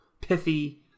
pithy